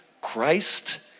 Christ